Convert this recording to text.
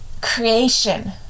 creation